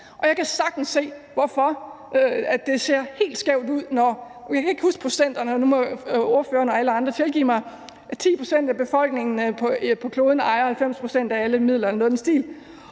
Jeg kan sagtens se, hvorfor det ser helt skævt ud, når – og jeg kan ikke huske procenterne, så nu må ordførerne og alle andre tilgive mig – 10 pct. af befolkningen på kloden ejer 90 pct. af alle midler,